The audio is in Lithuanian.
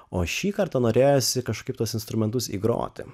o šįkartą norėjosi kažkaip tuos instrumentus įgroti